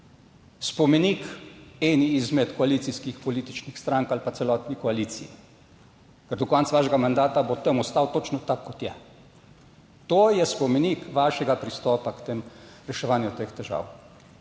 Spomenik eni izmed koalicijskih političnih strank ali pa celotni koaliciji, ker do konca vašega mandata bo tam ostal točno tak kot je. To je spomenik vašega pristopa k reševanju teh težav.